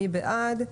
מי בעד?